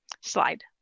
Slide